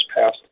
passed